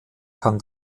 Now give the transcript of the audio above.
kann